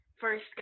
first